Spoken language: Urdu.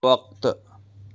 وقت